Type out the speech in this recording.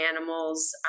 animals